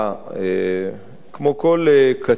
כמו כל קצין,